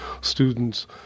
students